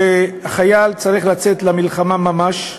שחייל צריך לצאת למלחמה ממש,